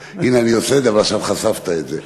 הנה, אני עושה את זה, ועכשיו חשפת את זה.